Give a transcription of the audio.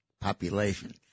population